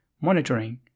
monitoring